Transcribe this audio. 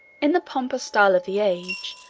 in the pompous style of the age,